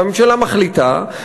והממשלה מחליטה,